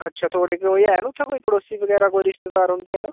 अच्छा थुआढ़े कोई हैन उत्थै कोई पडोसी बगैरा कोई रिश्तेदार रौंह्दे न